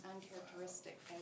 uncharacteristic